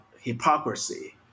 hypocrisy